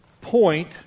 point